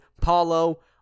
Paulo